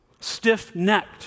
Stiff-necked